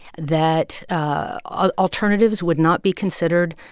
that ah alternatives would not be considered,